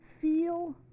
feel